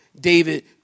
David